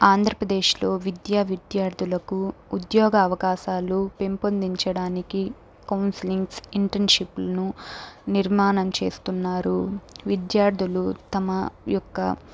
ఆంధ్రప్రదేశ్లో విద్య విద్యార్థులకు ఉద్యోగ అవకాశాలు పెంపొందించడానికి కౌన్సెలింగ్స్ ఇంటర్న్షిప్పులను నిర్మాణం చేస్తున్నారు విద్యార్థులు తమ యొక్క